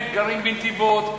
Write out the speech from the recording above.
הם גרים בנתיבות,